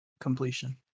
completion